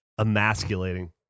emasculating